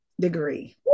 degree